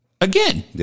again